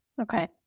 Okay